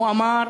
הוא אמר: